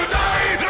die